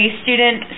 student